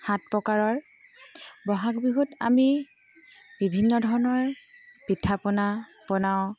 সাত প্ৰকাৰৰ বহাগ বিহুত আমি বিভিন্ন ধৰণৰ পিঠা পনা বনাওঁ